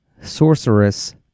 Sorceress